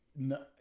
no